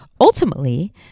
Ultimately